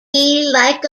like